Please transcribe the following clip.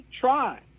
try